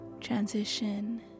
transition